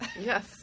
Yes